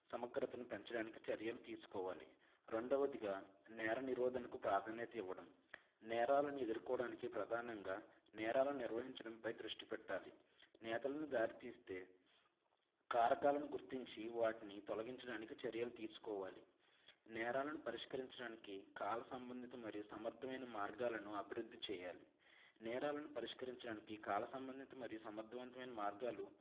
సమగ్రతను పెంచడానికి చర్యలు తీసుకోవాలి రెండవదిగా నేరనిరోధనకి ప్రాధాన్యత ఇవ్వడం నేరాలను ఎదురుకోవడానికి ప్రధానంగా నేరాలు నిర్వహించడంపై దృష్టి పెట్టాలి నేతలను దారి తీస్తే కారకాలను గుర్తించి వాటిని తొలగించడానికి చర్యలు తీసుకోవాలి నేరాలను పరిష్కరించడానికి కాల సంబంధిత మరియు సమర్ధమైన మార్గాలను అభివృద్ధి చేయాలి నేరాలను పరిష్కరించడానికి కాల సంబంధిత మరియు సమర్థవంతమైన మార్గాలు